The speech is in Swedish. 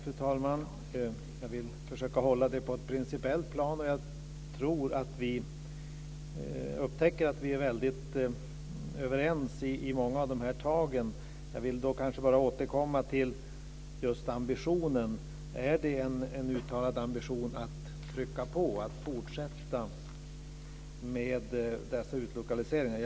Fru talman! Jag vill försöka hålla detta på ett principiellt plan. Jag tror att vi är väldigt överens om många saker. Jag vill bara återkomma till ambitionen. Är det en uttalad ambition att trycka på och fortsätta med dessa utlokaliseringar?